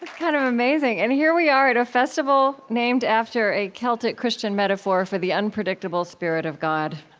kind of amazing. and here we are at a festival named after a celtic christian metaphor for the unpredictable spirit of god.